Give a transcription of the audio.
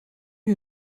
wir